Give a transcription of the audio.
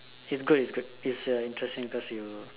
it's good it's good it's uh interesting cause you